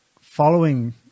following